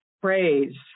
praise